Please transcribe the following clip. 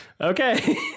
okay